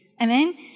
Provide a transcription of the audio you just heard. Amen